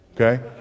Okay